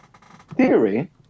theory